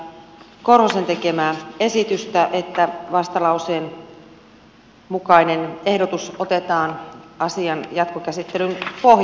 aivan ensimmäiseksi kannatan tätä edustaja korhosen tekemää esitystä että vastalauseen mukainen ehdotus otetaan asian jatkokäsittelyn pohjaksi